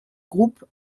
groupe